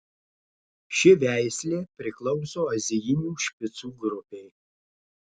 ši veislė priklauso azijinių špicų grupei